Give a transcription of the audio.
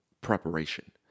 preparation